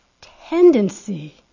tendency